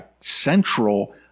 central